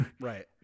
Right